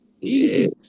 Easy